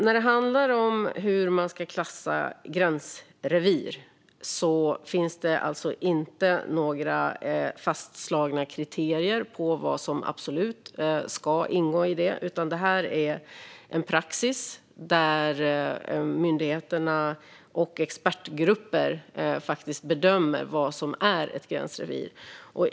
När det handlar om hur man ska klassa gränsrevir finns det alltså inte några fastslagna kriterier för vad som absolut ska ingå i det, utan det här är en praxis där myndigheterna och expertgrupper bedömer vad som är ett gränsrevir.